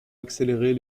accélérer